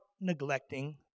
neglecting